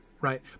right